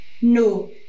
No